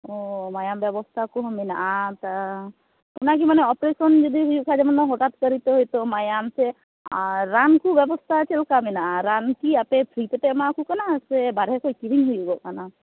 ᱚᱻ ᱢᱟᱭᱟᱢ ᱵᱮᱵᱚᱥᱛᱟ ᱠᱚᱦᱚᱸ ᱢᱮᱱᱟᱜᱼᱟ ᱚᱱᱟᱜᱮ ᱢᱟᱱᱮ ᱚᱯᱟᱨᱮᱥᱚᱱ ᱠᱚ ᱡᱩᱫᱤ ᱦᱩᱭᱩᱜ ᱠᱷᱟᱱ ᱫᱚ ᱦᱚᱴᱟᱛ ᱠᱚᱨᱮᱛᱮ ᱦᱳᱭᱛᱚ ᱢᱟᱭᱟᱢ ᱥᱮ ᱟᱨ ᱨᱟᱱ ᱠᱚ ᱵᱮᱵᱚᱥᱛᱟ ᱪᱮᱫ ᱞᱮᱠᱟ ᱢᱮᱱᱟᱜᱼᱟ ᱨᱟᱱ ᱠᱤ ᱟᱯᱮ ᱯᱷᱨᱤ ᱛᱮᱯᱮ ᱮᱢᱟᱣᱟᱠᱚ ᱠᱟᱱᱟ ᱥᱮ ᱵᱟᱨᱦᱮ ᱠᱷᱚᱱ ᱠᱤᱨᱤᱧ ᱦᱩᱭᱩᱜᱚᱜ ᱠᱟᱱᱟ